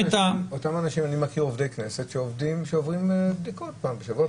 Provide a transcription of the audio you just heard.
אני מכיר עובדי כנסת שעוברים בדיקות פעם בשבוע,